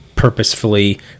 purposefully